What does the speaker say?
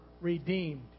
redeemed